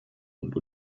und